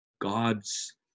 God's